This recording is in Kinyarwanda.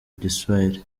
giswahili